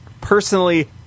Personally